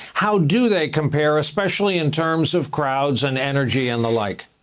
how do they compare especially in terms of crowds and energy and the like?